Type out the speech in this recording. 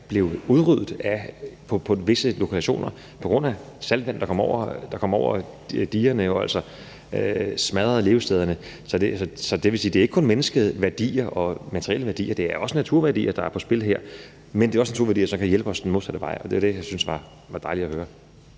blev udryddet på visse lokationer på grund af saltvand, der kom over digerne og altså smadrede levestederne. Så det vil sige, at det ikke kun er menneskelige værdier og materielle værdier; det er også naturværdier, der er på spil her. Men det er også naturværdier, som kan hjælpe os den modsatte vej. Det var det, jeg